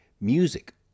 music